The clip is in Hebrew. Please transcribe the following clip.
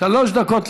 שלוש דקות לרשותך.